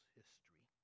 history